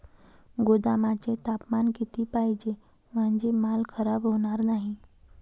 गोदामाचे तापमान किती पाहिजे? म्हणजे माल खराब होणार नाही?